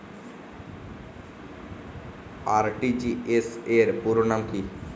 RTGS র পুরো নাম কি?